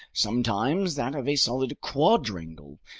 sometimes that of a solid quadrangle.